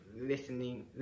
listening